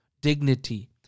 dignity